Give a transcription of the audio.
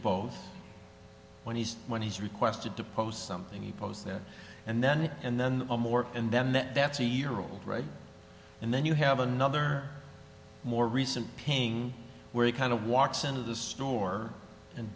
both when he's when he's requested to post something he posts there and then and then more and then that's a year old right and then you have another more recent ping where he kind of walks into the store and